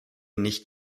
nicht